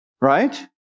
right